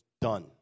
done